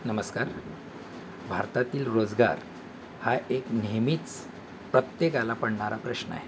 नमस्कार भारतातील रोजगार हा एक नेहमीच प्रत्येकाला पडणारा प्रश्न आहे